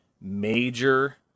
major